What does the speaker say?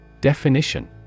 Definition